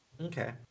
Okay